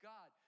God